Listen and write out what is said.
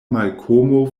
malkomo